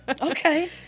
Okay